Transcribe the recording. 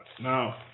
Now